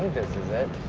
this is it